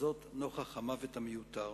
לנוכח המוות המיותר.